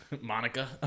Monica